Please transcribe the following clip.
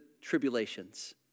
tribulations